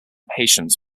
patients